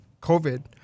COVID